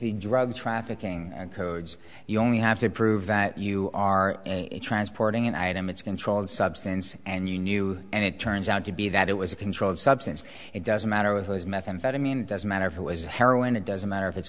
the drug trafficking and codes you only have to prove that you are a transporting an item it's controlled substance and you knew and it turns out to be that it was a controlled substance it doesn't matter with those methamphetamine doesn't matter if it was heroin and doesn't matter if it's